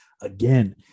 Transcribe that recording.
again